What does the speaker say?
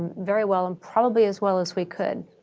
very well and probably as well as we could.